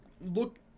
look